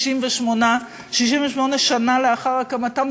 68 שנה לאחר הקמתה,